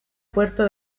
puerto